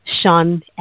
Sean